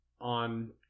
on